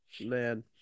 Man